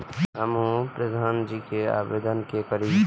हमू प्रधान जी के आवेदन के करी?